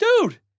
dude